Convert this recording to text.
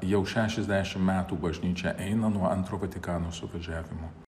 jau šešiasdešim metų bažnyčia eina nuo antro vatikano suvažiavimo